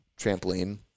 trampoline